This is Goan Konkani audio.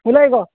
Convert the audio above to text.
उलय गो